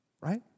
right